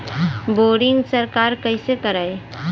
Boring सरकार कईसे करायी?